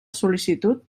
sol·licitud